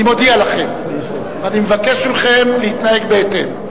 אני מודיע לכם ואני מבקש מכם להתנהג בהתאם.